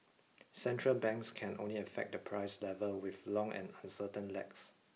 central banks can only affect the price level with long and uncertain lags